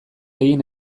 egin